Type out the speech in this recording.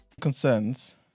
Concerns